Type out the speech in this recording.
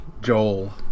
joel